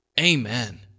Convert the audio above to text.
Amen